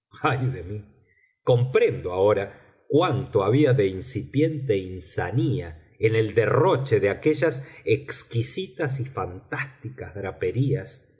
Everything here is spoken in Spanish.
comprendo ahora cuánto había de incipiente insania en el derroche de aquellas exquisitas y fantásticas draperías